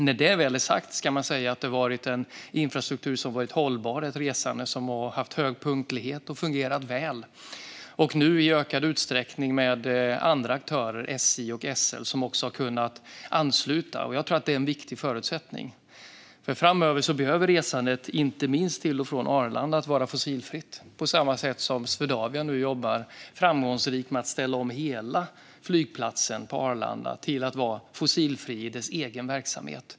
När detta väl är sagt ska man säga att det har varit en infrastruktur som varit hållbar och ett resande som haft hög punktlighet och fungerat väl, nu i ökad utsträckning med andra aktörer - SJ och SL - som också har kunnat ansluta. Jag tror att det är en viktig förutsättning, för framöver behöver resandet - inte minst resandet till och från Arlanda - vara fossilfritt. På samma sätt jobbar Swedavia nu framgångsrikt med att ställa om hela Arlanda flygplats till att vara fossilfri i dess egen verksamhet.